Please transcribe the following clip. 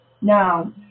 Now